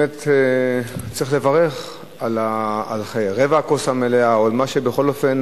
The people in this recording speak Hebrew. באמת צריך לברך על רבע הכוס המלאה או על מה שבכל אופן,